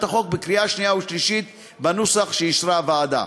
החוק בקריאות השנייה והשלישית בנוסח שאישרה הוועדה.